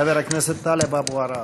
חבר הכנסת טלב אבו עראר.